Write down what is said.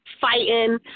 fighting